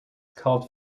called